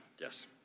Yes